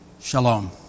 Shalom